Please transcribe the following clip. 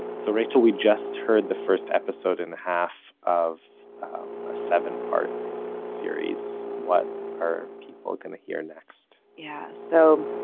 so rachael, we just heard the first episode-and-a-half of a seven-part series. what are people gonna hear next? yeah, so,